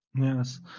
Yes